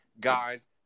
guys